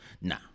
nah